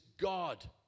God